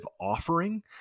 offering